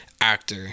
actor